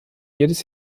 jedes